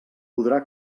podrà